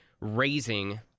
raising